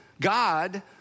God